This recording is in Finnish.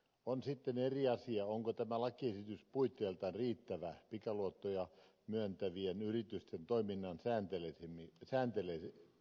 on sitten eri asia onko tämä lakiesitys puitteiltaan riittävä pikaluottoja myöntävien yritysten toiminnan sääntelemiseksi